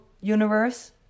universe